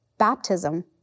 baptism